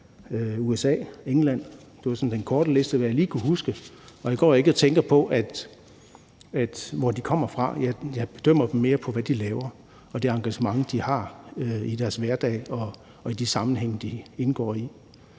USA og England. Det er sådan den korte liste over de lande, jeg lige kunne huske. Jeg går ikke og tænker på, hvor de kommer fra. Jeg bedømmer dem mere på, hvad de laver, og det engagement, de har i deres hverdag og i de sammenhænge, de indgår i.